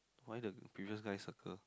why the previous guy circle